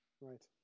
Right